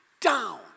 down